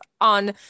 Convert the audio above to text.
on